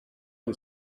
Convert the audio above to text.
and